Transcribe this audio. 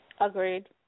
Agreed